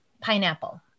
pineapple